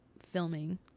filming